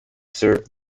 served